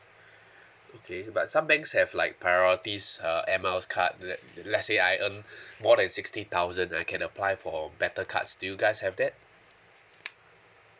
okay but some banks have like priorities uh air miles card let let's say I earn more than sixty thousand I can apply for better cards do you guys have that